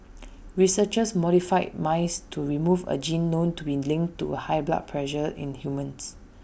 researchers modified mice to remove A gene known to be linked to A high blood pressure in humans